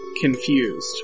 confused